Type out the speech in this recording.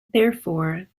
therefore